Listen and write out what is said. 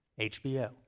HBO